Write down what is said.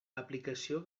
aplicació